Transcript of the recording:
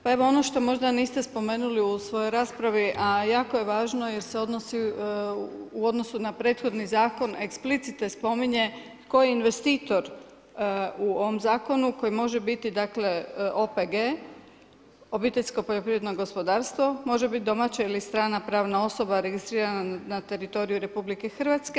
Pa evo, ono što možda niste spomenuli u svojoj raspravi, a jako je važno jer se odnosi u odnosu na prethodni zakon, eksplicitno se spominje tko je investitor u ovom Zakonu koji može biti, dakle, OPG, obiteljsko poljoprivredno gospodarstvo, može biti domaća ili strana pravna osoba registrirana na teritoriju RH.